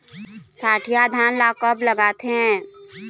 सठिया धान ला कब लगाथें?